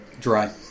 Dry